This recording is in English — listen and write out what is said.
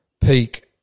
peak